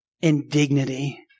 indignity